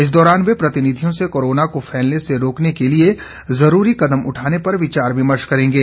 इस दौरान वे प्रतिनिधियों से कोरोना को फैलने से रोकने के लिए जरूरी कदम उठाने पर विचार विमर्श करेंगे